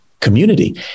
community